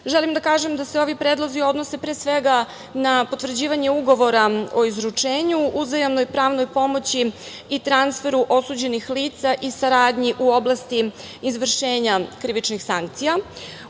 da kažem da se ovi predlozi odnose, pre svega, na potvrđivanje Ugovora o izručenju, uzajamnoj pravnoj pomoći i transferu osuđenih lica i saradnji u oblasti izvršenja krivičnih sankcija. Usvajanje